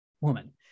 woman